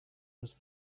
was